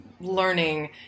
learning